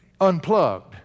unplugged